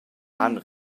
han